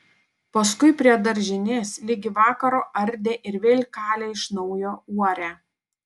paskui prie daržinės ligi vakaro ardė ir vėl kalė iš naujo uorę